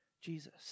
Jesus